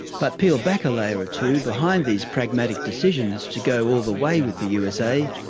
but peel back a layer or two behind these pragmatic decisions to go all the way with the usa,